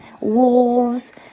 wolves